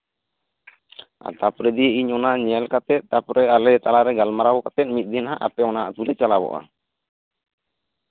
ᱛᱟᱨᱯᱚᱨᱮ ᱡᱚᱫᱤ ᱤᱧ ᱚᱱᱟ ᱧᱮ ᱠᱟᱛᱮᱜ ᱟᱞᱮ ᱛᱟᱞᱟᱨᱮ ᱜᱟᱞᱢᱟᱨᱟᱣ ᱠᱟᱛᱮᱜ ᱢᱤᱫᱫᱤᱱ ᱟᱯᱮ ᱚᱱᱟ ᱟᱛᱳ ᱞᱮ ᱪᱟᱞᱟᱣᱚᱜᱼᱟ